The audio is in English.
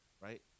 right